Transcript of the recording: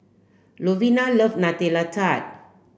Lovina love Nutella Tart